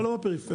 לא בפריפריה.